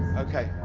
okay.